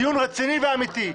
דיון רציני ואמיתי.